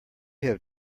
have